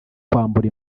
kwambura